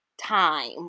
time